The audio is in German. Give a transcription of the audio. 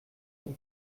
auch